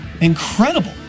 Incredible